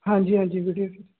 ਹਾਂਜੀ ਹਾਂਜੀ ਵੀਡੀਓ